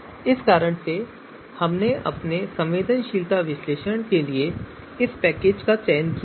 इस कारण से हमने अपने संवेदनशीलता विश्लेषण के लिए इस विशेष पैकेज का चयन किया है